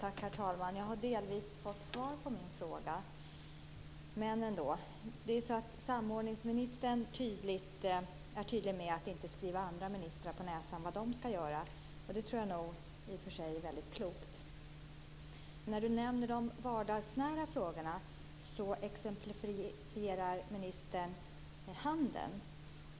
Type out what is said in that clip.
Herr talman! Jag har delvis fått svar på min fråga, men jag vill ställa den ändå. Samordningsministern är ju tydlig med att inte skriva andra ministrar på näsan vad de skall göra, och det tror jag är väldigt klokt. Men när han nämner de vardagsnära frågorna exemplifierar ministern med handeln.